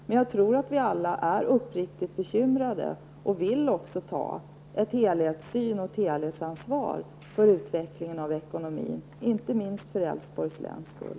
Men jag tror att vi alla är uppriktigt bekymrade och vill ta ett helhetsansvar för utvecklingen av ekonomin, inte minst för Älvsborgs läns skull.